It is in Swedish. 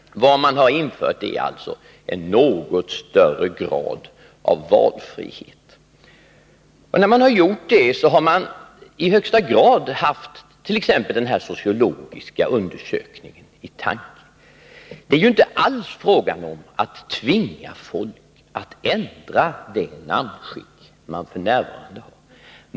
Vad man vill införa är alltså en något större grad av valfrihet. När man har föreslagit det, har man i högsta grad haft den nämnda sociologiska undersökningen i åtanke. Det är inte alls fråga om att tvinga människor att ändra det namnskick de f. n. har.